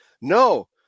No